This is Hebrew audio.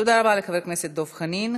תודה רבה לחבר הכנסת דב חנין.